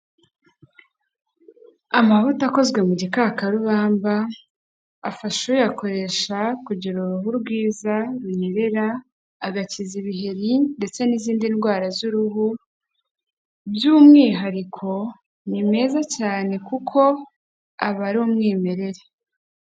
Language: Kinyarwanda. Amavuta akozwe mu gikakarubamba afasha uyakoresha kugira uruhu rwiza runyerera, agakiza ibiheri ndetse n'izindi ndwara z'uruhu by'umwihariko ni meza cyane kuko aba ari umwimerere.